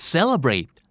Celebrate